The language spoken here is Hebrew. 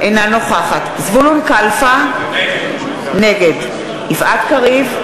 אינה נוכחת זבולון קלפה, נגד יפעת קריב,